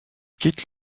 quitte